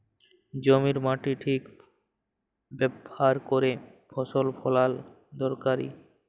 জমির মাটির ঠিক ব্যাভার ক্যইরে ফসল ফলাল দরকারি